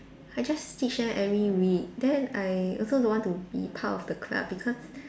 I just teach them every week then I also don't want to be part of the club because